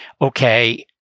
okay